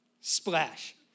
splash